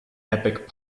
epic